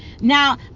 Now